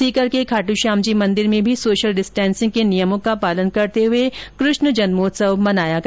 सीकर के खाट्श्याम जी के मंदिर में भी सोशल डिस्टेन्सिंग के नियमों का पालन करते हुए कृष्ण जन्मोत्सव मनाया गया